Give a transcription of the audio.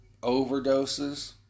overdoses